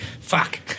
Fuck